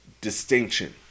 distinction